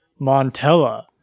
Montella